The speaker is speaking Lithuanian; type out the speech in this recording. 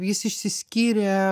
jis išsiskyrė